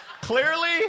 Clearly